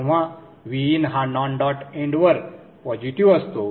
जेव्हा Vin हा non dot एंडवर पॉजिटीव्ह असतो